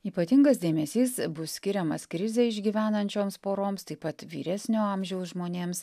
ypatingas dėmesys bus skiriamas krizę išgyvenančioms poroms taip pat vyresnio amžiaus žmonėms